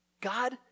God